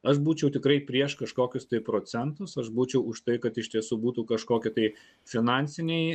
aš būčiau tikrai prieš kažkokius tai procentus aš būčiau už tai kad iš tiesų būtų kažkokie tai finansiniai